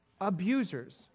abusers